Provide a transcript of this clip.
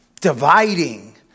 dividing